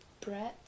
bread